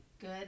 Good